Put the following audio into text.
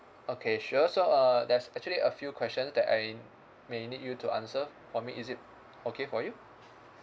okay sure so uh there's actually a few questions that I may need you to answer for me is it okay for you